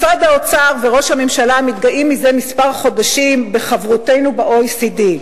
משרד האוצר וראש הממשלה מתגאים מזה חודשים מספר בחברותנו ב-OECD.